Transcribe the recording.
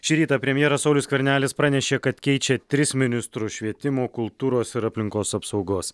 šį rytą premjeras saulius skvernelis pranešė kad keičia tris ministrus švietimo kultūros ir aplinkos apsaugos